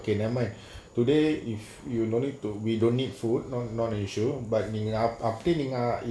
okay never mind today if you no need to we don't need food no not an issue but நீங்க நா நா அப்புடி நீங்க:neenga naa naa appudi neenga ah